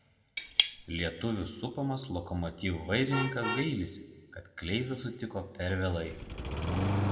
lietuvių supamas lokomotiv vairininkas gailisi kad kleizą sutiko per vėlai